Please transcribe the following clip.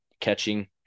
catching